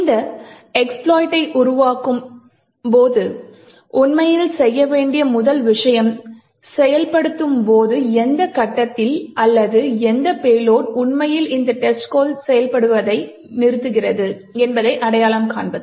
இந்த எக்ஸ்ப்லாய்ட்டை உருவாக்கும் போது உண்மையில் செய்ய வேண்டிய முதல் விஷயம் செயல்படுத்தும் போது எந்த கட்டத்தில் அல்லது எந்த பேலோட் உண்மையில் இந்த டெஸ்ட்கோட் செயல்படுத்துவதை நிறுத்துகிறது என்பதை அடையாளம் காண்பது